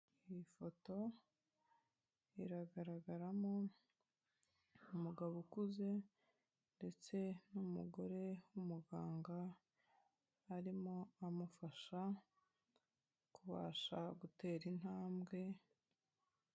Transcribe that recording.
Iyi foto iragaragaramo umugabo ukuze ndetse n'umugore w'umuganga, arimo amufasha kubasha gutera intambwe...